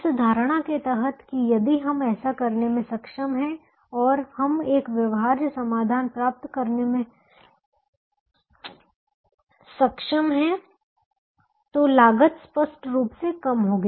इस धारणा के तहत कि यदि हम ऐसा करने में सक्षम हैं और हम एक व्यवहार्य समाधान प्राप्त करने में सक्षम हैं तो लागत स्पष्ट रूप से कम होगी